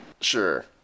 Sure